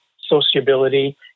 sociability